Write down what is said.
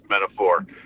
metaphor